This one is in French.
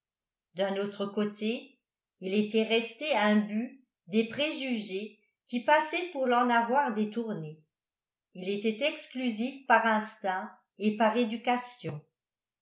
d'un autre côté il était resté imbu des préjugés qui passaient pour l'en avoir détourné il était exclusif par instinct et par éducation